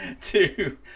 two